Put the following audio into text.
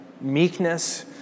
Meekness